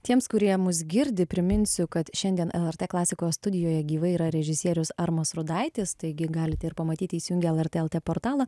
tiems kurie mus girdi priminsiu kad šiandien lrt klasikos studijoje gyvai yra režisierius armas rudaitis taigi galite ir pamatyti įsijungę lrt lt portalą